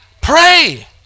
Pray